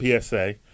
PSA